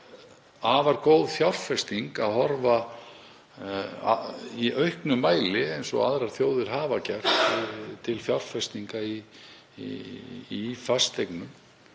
afar góð fjárfesting að horfa í auknum mæli, eins og aðrar þjóðir hafa gert, til fjárfestinga í fasteignum